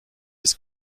ist